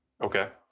Okay